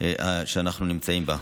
שאנחנו נמצאים בה.